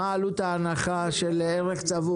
או נותן הנחה לנסיעה בודדת.